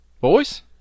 boys